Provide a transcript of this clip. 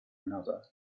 another